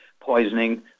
poisoning